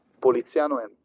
poliziano